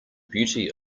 beauty